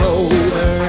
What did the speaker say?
over